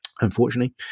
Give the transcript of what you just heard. unfortunately